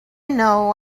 know